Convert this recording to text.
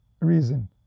reason